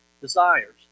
desires